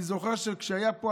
אני זוכר שכשהיה פה,